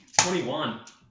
21